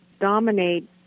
dominate